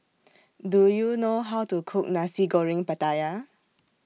Do YOU know How to Cook Nasi Goreng Pattaya